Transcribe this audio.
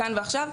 כאן ועכשיו.